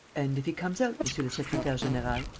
and if he comes out, monsieur le secretaire-general?